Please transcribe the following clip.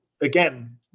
again